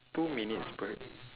two minutes break